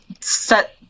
set